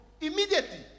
Immediately